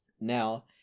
Now